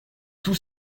tout